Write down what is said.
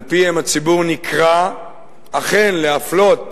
שעל-פיהם הציבור נקרא אכן להפלות